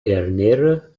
ernähre